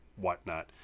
whatnot